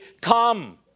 come